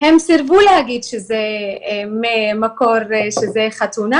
הם סירבו להגיד שהמקור זה חתונה,